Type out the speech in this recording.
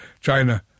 China